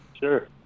sure